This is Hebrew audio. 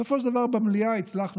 בסופו של דבר במליאה הצלחנו,